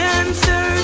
answer